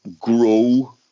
grow